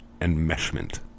Enmeshment